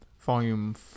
Volume